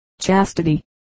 chastity